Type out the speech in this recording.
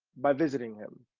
by visiting him.